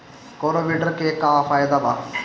कौनो वीडर के का फायदा बा?